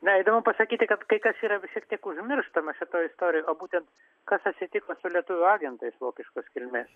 na įdomu pasakyti kad kai kas yra šiek tiek užmirštama šitoj istorijoj o būtent kas atsitiko su lietuvių agentais vokiškos kilmės